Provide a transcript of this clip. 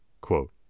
Quote